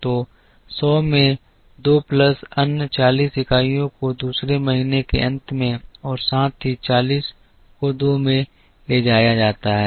तो 100 में 2 प्लस अन्य 40 इकाइयों को दूसरे महीने के अंत में और साथ ही 40 को 2 में ले जाया जाता है